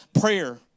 prayer